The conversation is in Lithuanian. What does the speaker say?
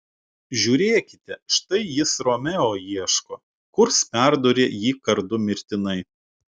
žiūrėkite štai jis romeo ieško kurs perdūrė jį kardu mirtinai